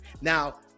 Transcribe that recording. Now